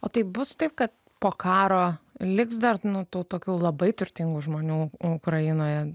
o taip bus taip kad po karo liks dar nu tų tokių labai turtingų žmonių ukrainoje